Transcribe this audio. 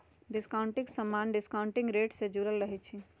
discounting समान्य discounting rate से जुरल रहै छइ